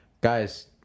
Guys